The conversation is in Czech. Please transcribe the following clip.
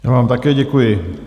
Já vám také děkuji.